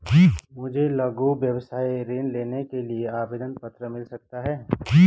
मुझे लघु व्यवसाय ऋण लेने के लिए आवेदन पत्र मिल सकता है?